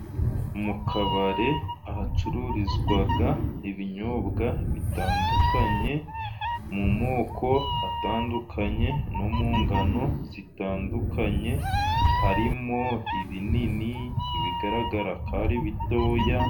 Mu kabare hacururizwaga ibinyobwa bitandukanye mu moko atandukanye no mu ngano zitandukanye harimo ibinini bigaragara ko ari bitoya.